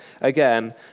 again